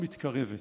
מתקרבת.